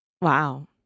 Wow